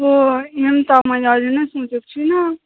अब मेन त मैले अहिले ने सोचेको छुइनँ